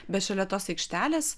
bet šalia tos aikštelės